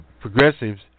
progressives